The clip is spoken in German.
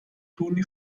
toni